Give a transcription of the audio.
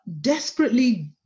desperately